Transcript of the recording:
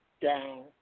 down